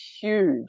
huge